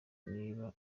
niba